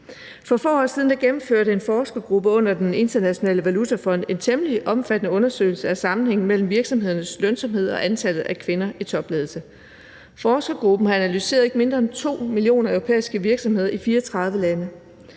For få år siden gennemførte en forskergruppe under Den Internationale Valutafond en temmelig omfattende undersøgelse af sammenhængen mellem virksomhedernes lønsomhed og antallet af kvinder i topledelse. Forskergruppen havde analyseret ikke mindre end 2 millioner europæiske virksomheder i 34 lande.